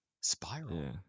spiral